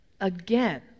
again